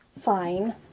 Fine